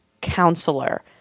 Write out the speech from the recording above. counselor